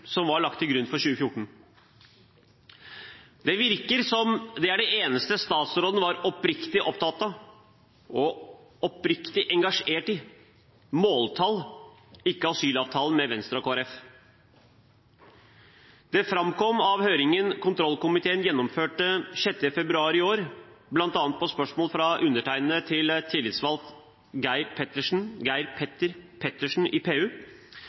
som var lagt til grunn for 2014. Det virker som om det eneste statsråden var oppriktig opptatt av og oppriktig engasjert i, var måltall, ikke av asylavtalen med Venstre og Kristelig Folkeparti. Det framkom i høringen kontrollkomiteen gjennomførte den 6. februar i år, bl.a. på spørsmål fra undertegnede til tillitsvalgt Geir Petter Pettersen i PU,